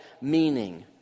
meaning